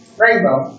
rainbow